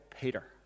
Peter